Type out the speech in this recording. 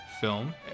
film